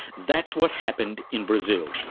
that's what happened in brazil.